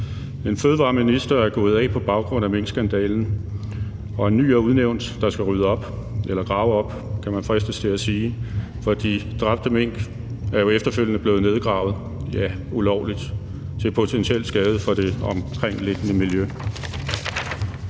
En fødevareminister er gået af på baggrund af minkskandalen, og en ny er udnævnt, der skal rydde op, eller grave op, kan man fristes til at sige, for de dræbte mink er jo efterfølgende blevet nedgravet, ja, ulovligt til potentiel skade for det omkringliggende miljø.